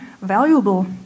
valuable